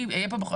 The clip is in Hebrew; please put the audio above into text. להתקדם.